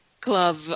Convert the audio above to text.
club